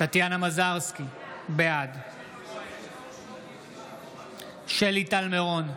טטיאנה מזרסקי, בעד שלי טל מירון,